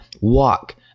walk